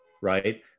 Right